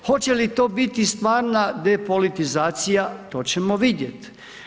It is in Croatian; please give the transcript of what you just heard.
Hoće li to biti stvarna depolitizacija, to ćemo vidjeti.